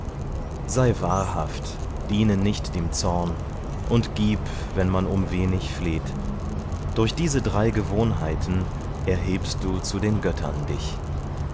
sei wahrhaft diene nicht dem zorn und gib wenn man um wenig fleht durch diese drei gewohnheiten erhebst du zu den göttern dich